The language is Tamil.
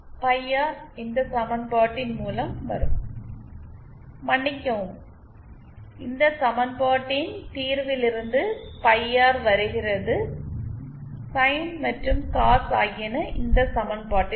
பை ஆர் இந்த சமன்பாடட்டின் மூலம் வரும் மன்னிக்கவும் இந்த சமன்பாட்டின் தீர்விலிருந்து பை ஆர் வருகிறது சைன் மற்றும் காஸ் ஆகியன இந்த சமன்பாட்டில் வரும்